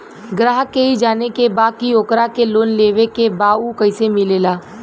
ग्राहक के ई जाने के बा की ओकरा के लोन लेवे के बा ऊ कैसे मिलेला?